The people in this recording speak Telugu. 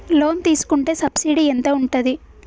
లోన్ తీసుకుంటే సబ్సిడీ ఎంత ఉంటది?